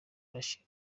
rachel